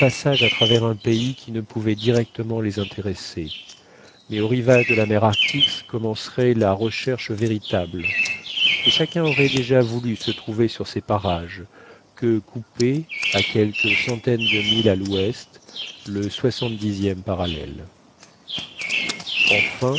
à travers un pays qui ne pouvait directement les intéresser mais aux rivages de la mer arctique commencerait la recherche véritable et chacun aurait déjà voulu se trouver sur ces parages que coupait à quelques centaines de milles à l'ouest le soixante dixième parallèle enfin